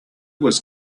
was